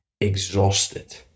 exhausted